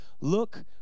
look